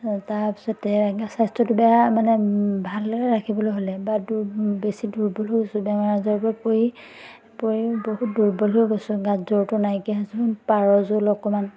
তাৰপিছতে এনেকৈ স্বাস্থ্যটো বেয়া মানে ভালে ৰাখিবলৈ হ'লে বা বেছি দুৰ্বল হৈ গৈছোঁ বেমাৰ আজাৰবোৰত পৰি পৰি বহুত দুৰ্বল হৈ গৈছোঁ গাত জোৰটো নাইকিয়া হৈছে পাৰজোল অকণমান